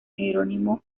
jerónimo